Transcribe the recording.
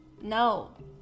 no